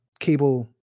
Cable